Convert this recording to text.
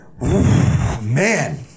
Man